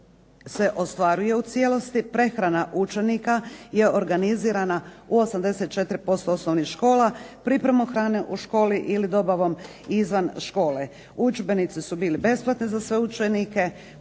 Udžbenici su bili besplatni za sve učenike.